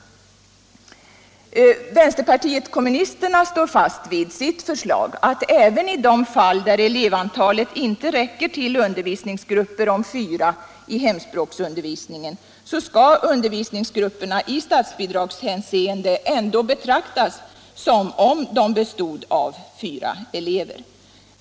Vänsterpartiet kommunisterna står fast vid sitt förslag att även i de fall där elevantalet inte räcker till undervisningsgrupper om fyra i hemspråksundervisningen skall undervisningsgrupperna i statsbidragshänseende ändå betraktas som om de bestod av fyra elever.